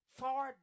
far